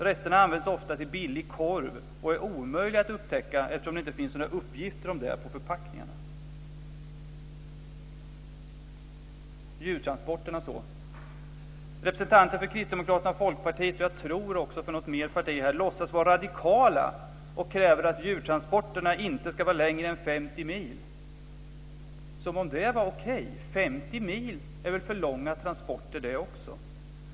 Resterna används ofta till billig korv och är omöjliga att upptäcka eftersom det inte finns några uppgifter om det på förpackningarna. Låt mig så gå över till djurtransporterna. Representanter för Kristdemokraterna och Folkpartiet, och jag tror också från något mer parti, låtsas vara radikala och kräver att djurtransporterna inte ska vara längre än 50 mil. Som om det skulle vara okej. 50 mil är väl också för långa transporter.